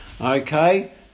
Okay